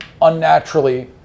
unnaturally